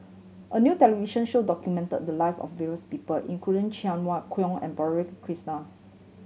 a new television show documented the live of various people including Cheng Wai Keung and Krishnan